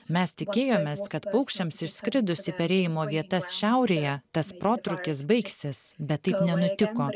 mes tikėjomės kad paukščiams išskridus į perėjimo vietas šiaurėje tas protrūkis baigsis bet taip nenutiko